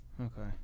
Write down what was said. Okay